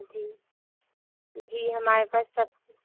جی جی ہمارے پاس سب